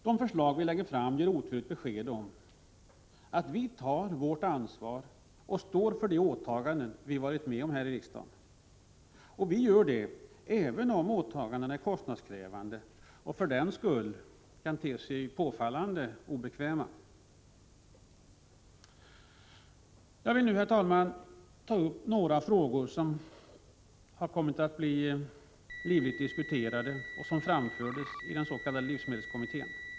De förslag vi lägger fram ger otvetydigt besked om att vi tar vårt ansvar och står för de åtaganden vi varit med om att göra här i riksdagen. Vi gör det även då åtagandena är kostnadskrävande och av den anledningen kan te sig obekväma. Herr talman! Jag vill nu beröra några frågor som kommit att bli livligt diskuterade och som behandlades av livsmedelskommittén.